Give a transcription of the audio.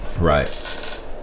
Right